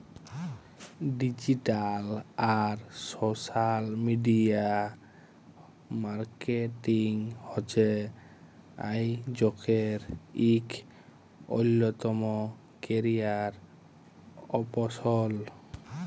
digital আর social media marketing হছে আইজকের ইক অল্যতম ক্যারিয়ার অপসল